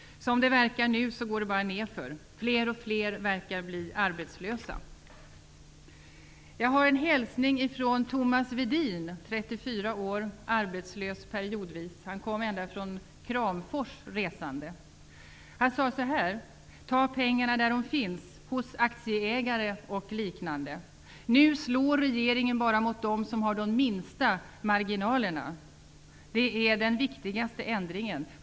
Som det verkar nu går det bara nerför. Fler och fler verkar bli arbetslösa. Sedan har jag en hälsning från Tomas Wedin. Han är 34 år och är periodvis arbetslös. Tomas Wedin har rest ända från Kramfors för att komma hit, och han säger: Ta pengarna där de finns -- hos aktieägare och liknande! Nu slår regeringen bara mot dem som har de minsta marginalerna. Det är den viktigaste ändringen.